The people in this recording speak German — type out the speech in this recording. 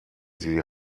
sie